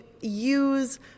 use